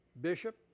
bishop